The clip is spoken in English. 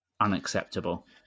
Unacceptable